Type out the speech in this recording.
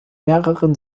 mehreren